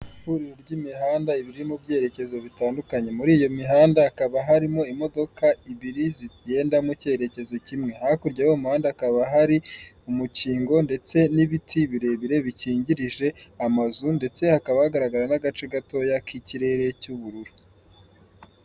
Ihuriro ry'imihanda ibiri mu byerekezo bitandukanye muri iyo mihanda hakaba harimo imodoka ibiri zigenda mucyerekezo kimwe hakurya y'uwo muhanda hakaba hari umukingo ndetse n'ibiti birebire bikingirije amazu ndetse hakaba hagaragara n'agace gatoya k'ikirere cy'ubururu.